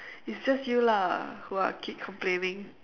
it's just you lah what keep complaining